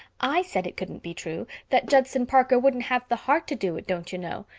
i said it couldn't be true. that judson parker wouldn't have the heart to do it, don't you know.